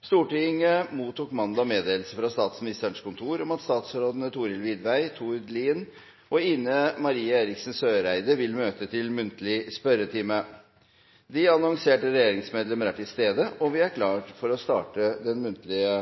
Stortinget mottok mandag meddelelse fra Statsministerens kontor om at statsrådene Thorhild Widvey, Tord Lien og Ine M. Eriksen Søreide vil møte til muntlig spørretime. De annonserte regjeringsmedlemmer er til stede, og vi er klare til å starte den muntlige